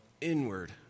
inward